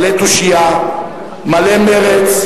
מלא תושייה, מלא מרץ,